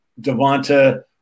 Devonta